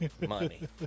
Money